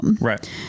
Right